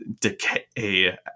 decay